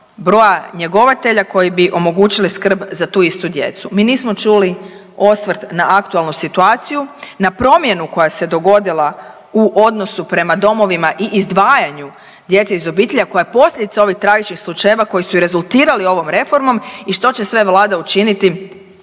broja njegovatelja koji bi omogućili skrb za tu istu djecu? Mi nismo čuli osvrt na aktualnu situaciju, na promjenu koja se dogodila u odnosu prema domovima i izdvajanju djece iz obitelji, a koja je posljedica ovih tragičnih slučajeva koji su i rezultirali ovom reformom i što će sve vlada učiniti da